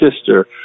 sister